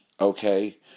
okay